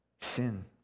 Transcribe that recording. sin